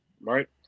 Right